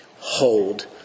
hold